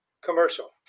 commercial